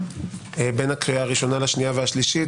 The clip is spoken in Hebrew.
בין הקריאה הראשונה לשנייה והשלישית,